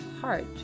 heart